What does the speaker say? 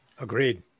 Agreed